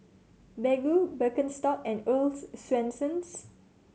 Baggu Birkenstock and Earl's Swensens